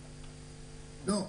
לא.